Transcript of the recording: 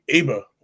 ABA